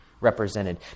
represented